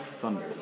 Thunder